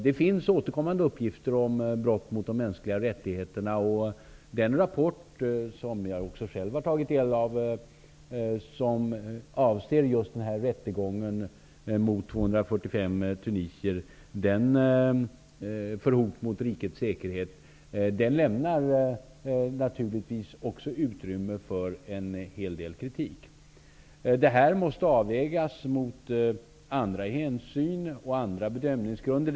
Det finns återkommande uppgifter om brott mot de mänskliga rättigheterna, och den rapport som också jag själv har tagit del av och som avser rättegången mot 245 tunisier för hot mot rikets säkerhet lämnar naturligtvis utrymme för en hel del kritik. Det här måste avvägas mot andra hänsyn och bedömningsgrunder.